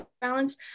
balance